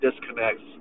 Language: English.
disconnects